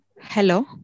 Hello